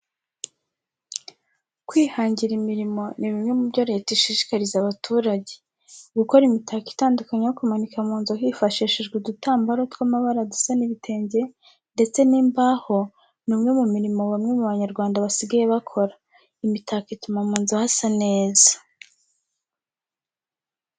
Kwihangira imirimo ni bimwe mu byo leta ishishikariza abaturage. Gukora imitako itandukanye yo kumanika mu nzu hifashishijwe udutambaro tw'amabara dusa n'ibitenge ndetse n'imbaho ni umwe mu mirimo bamwe mu Banyarwanda basigaye bakora. Imitako ituma mu nzu hasa neza.